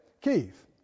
Keith